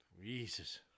Jesus